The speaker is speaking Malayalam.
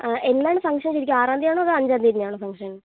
ആ എന്നാണ് ഫംഗ്ഷൻ ശരിക്കും ആറാം തീയതി ആണോ അതോ അഞ്ചാം തീയതി ആണോ ഫംഗ്ഷൻ